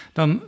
Dan